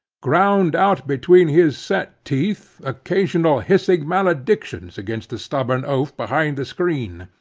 ground out between his set teeth occasional hissing maledictions against the stubborn oaf behind the screen.